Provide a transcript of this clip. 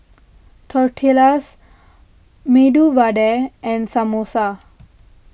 Tortillas Medu Vada and Samosa